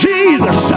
Jesus